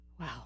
Wow